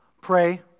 pray